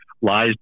Lies